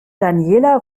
daniela